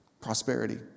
prosperity